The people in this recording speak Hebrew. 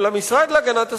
אבל המשרד להגנת הסביבה,